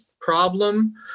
problem